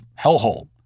hellhole